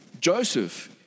Joseph